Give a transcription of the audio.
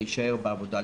להישאר בעבודה,